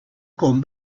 con